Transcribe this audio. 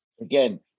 Again